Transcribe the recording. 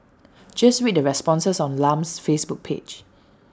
just read the responses on Lam's Facebook page